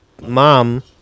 mom